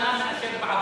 שונתה מאשר בעבר.